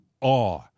awe